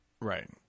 right